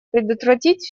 предотвратить